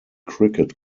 cricket